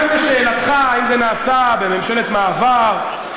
גם לשאלתך, אם זה נעשה בממשלת מעבר,